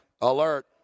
alert